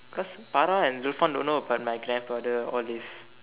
because Farah and Zulfan don't know about my grandfather and all this